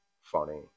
funny